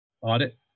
audit